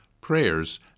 prayers